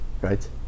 right